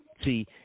See